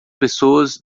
pessoas